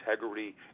integrity